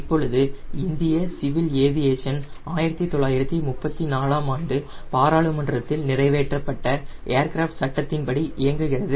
இப்பொழுது இந்திய civil aviation 1934 ஆம் ஆண்டு பாராளுமன்றத்தில் நிறைவேற்றப்பட்ட ஏர்கிராப்ட் சட்டத்தின்படி இயங்குகிறது